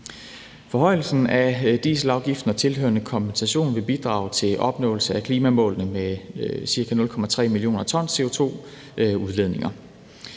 Forhøjelsen af dieselafgiften og tilhørende kompensation vil bidrage til opnåelse af klimamålene med ca. 0,3 mio. t CO2-udledninger.